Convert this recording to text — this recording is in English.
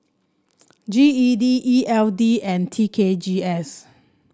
G E D E L D and T K G S